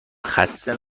خسته